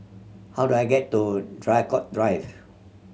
how do I get to Draycott Drive